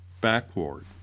backward